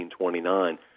1929